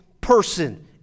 person